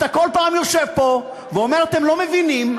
אתה כל פעם יושב פה ואומר: אתם לא מבינים,